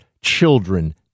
children